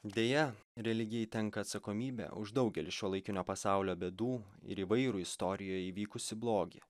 deja religijai tenka atsakomybė už daugelį šiuolaikinio pasaulio bėdų ir įvairų istorijoj įvykusį blogį